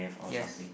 yes